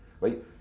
right